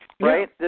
Right